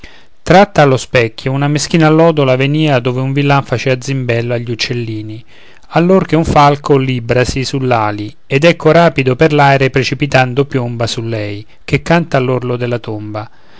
tratta allo specchio una meschina allodola venìa dove un villan facea zimbello agli uccellini allor che un falco librasi sull'ali ed ecco rapido per l'aere precipitando piomba su lei che canta all'orlo della tomba